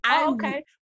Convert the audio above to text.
okay